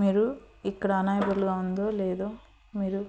మీరు ఇక్కడ అనేబుల్గా ఉందో లేదో మీరు